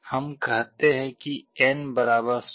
हम कहते हैं कि n 16